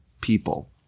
people